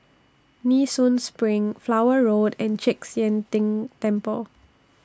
Nee Soon SPRING Flower Road and Chek Sian Tng Temple